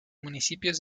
municipios